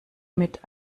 mit